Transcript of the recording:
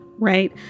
Right